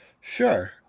Sure